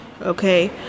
okay